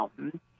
Mountain